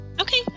Okay